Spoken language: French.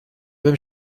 même